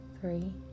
three